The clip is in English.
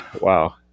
wow